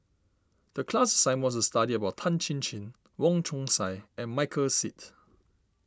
the class assignment was to study about Tan Chin Chin Wong Chong Sai and Michael Seet